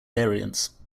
variants